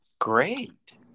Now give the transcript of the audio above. Great